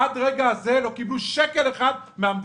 עד לרגע הזה הם לא קיבלו שקל אחד מהמדינה,